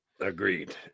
Agreed